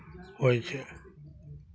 होइ छै